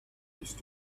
used